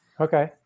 Okay